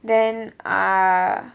then uh